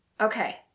Okay